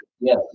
Yes